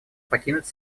покинуть